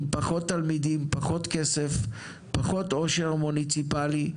עם פחות תלמידים, פחות כסף ופחות עושר מוניציפלי,